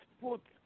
put